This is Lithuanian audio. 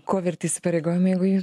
ko verti įsipareigojimai jeigu jūs